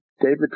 David